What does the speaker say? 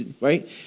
right